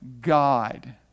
God